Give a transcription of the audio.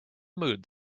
mood